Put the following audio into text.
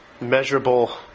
Measurable